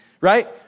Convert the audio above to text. right